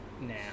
now